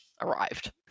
arrived